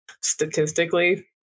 statistically